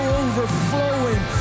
overflowing